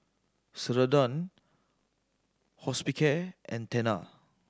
Ceradan Hospicare and Tena